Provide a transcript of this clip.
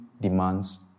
demands